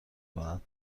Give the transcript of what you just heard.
کنند